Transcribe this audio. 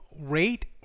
rate